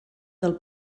del